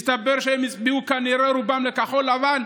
התברר שהם הצביעו, כנראה רובם, לכחול לבן.